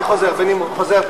אני חוזר בי,